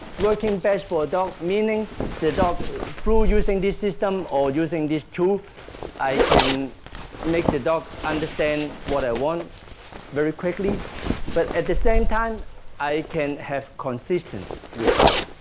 working best for dog meaning the dog through using this system or using this tool i can make the dog understand what i want very quickly but at the same time i can have consistent result